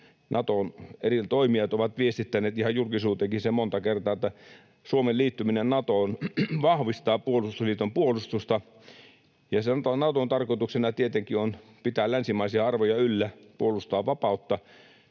Naton eri toimijat ovat viestittäneet ihan julkisuuteenkin sen monta kertaa, että Suomen liittyminen Natoon vahvistaa puolustusliiton puolustusta. Ja Naton tarkoituksena on tietenkin pitää länsimaisia arvoja yllä, puolustaa vapautta.